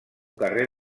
carrer